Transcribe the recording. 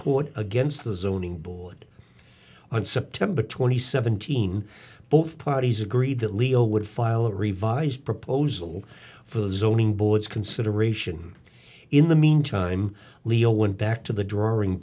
court against the zoning board on september twenty seventeen both parties agreed that leo would file a revised proposal for the zoning boards consideration in the meantime leo went back to the drawing